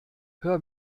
hör